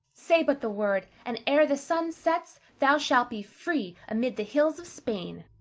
say but the word, and ere the sun sets thou shalt be free amid the hills of spain.